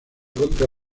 contra